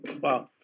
Wow